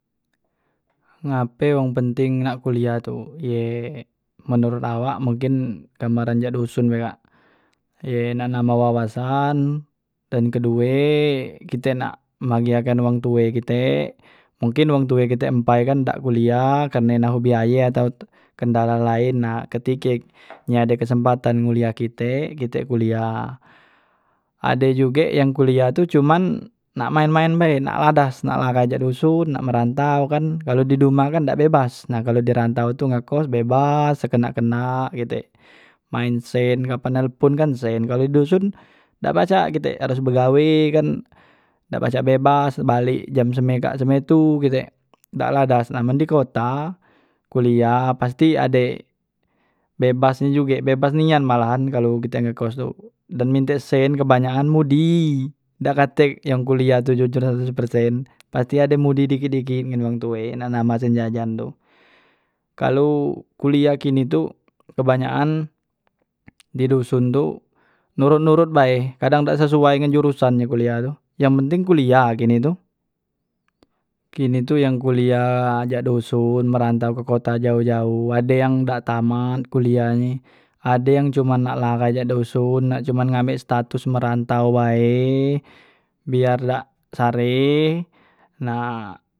Ngape wong penting nak kuliah tu ye men menurut awak mungkin gambaran ja doson be kak ye nak nambah wawasan dan kedue kite nak bahagiakan wong tue kite, mungkin wong tue kite empai kan dak kuliah karne nanggung biaye atau kendala laen nah ketike nye ade kesempatan nguliah kite, kite kuliah ade juge yang kuliah tu cuman nak maen maen bae nak ladas nak lahai jak doson nak merantau kan kalu di dumah kan dak bebas nah kalu di rantau tu ngekos bebas sekendak kendak kite maen sen kapan nelpon kan sen, kalu di duson dak pacak kite harus begawe kan dak pacak bebas balek jam seme kak seme tu kite dak ladas nah man di kota kuliah pasti ade bebas nye juge bebas nian malahan kalu kite ngekos tu dem minte sen kebanyakan mudi, dak katek yang kuliah tu jujur seratus persen pasti ade mudi dikit dikit ngan wong tue nak nambah sen jajan tu, kalu kuliah kini tu kebanyakan di doson tu nurut nurut bae kadang dak sesuai ngan jurusan nye kuliah tu yang penting kuliah kini tu, kini tu yang kuliah aja doson ngerantau ke kota jaoh jaoh ade yang dak tamat kuliah nye ade yang cuma nak lahai doson nak cuman ambek status ngerantau bae biar dak sareh nah.